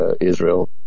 Israel